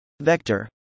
Vector